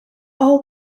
all